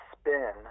spin